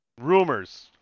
Rumors